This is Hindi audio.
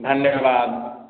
धन्यवाद